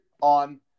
on